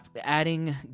adding